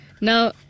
Now